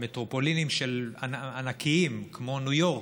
מטרופולינים ענקיים, כמו ניו יורק,